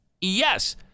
Yes